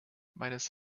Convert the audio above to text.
meines